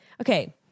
okay